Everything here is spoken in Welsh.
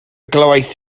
glywais